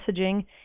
messaging